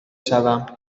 شوم